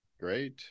Great